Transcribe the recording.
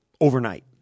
overnight